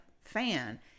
fan